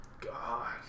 god